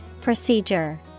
Procedure